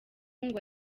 ngo